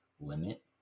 limit